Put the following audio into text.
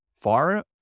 far